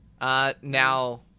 Now